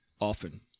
often